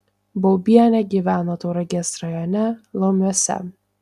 baubienė gyveno tauragės rajone lomiuose